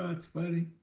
ah it's funny.